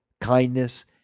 kindness